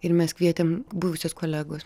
ir mes kvietėm buvusius kolegos